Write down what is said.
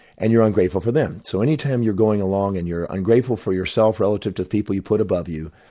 and you're ungrateful for them. so any time you're going along and you're ungrateful for yourself relative to people you put above you,